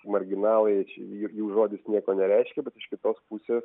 marginalai čia jų žodis nieko nereiškia bet iš kitos pusės